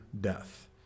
death